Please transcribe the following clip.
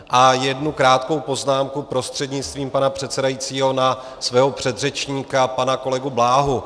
A jednu krátkou poznámku prostřednictvím pana předsedajícího na svého předřečníka pana kolegu Bláhu.